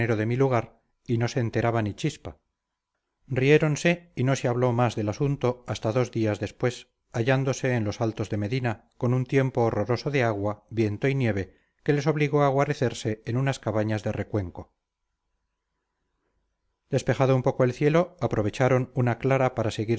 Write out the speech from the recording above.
de mi lugar y no se enteraba ni chispa riéronse y no se habló más del asunto hasta dos días después hallándose en los altos de medina con un tiempo horroroso de agua viento y nieve que les obligó a guarecerse en unas cabañas de recuenco despejado un poco el cielo aprovecharon una clara para seguir